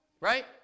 Right